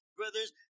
brothers